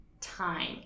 time